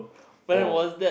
four